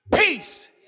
peace